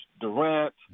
Durant